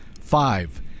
five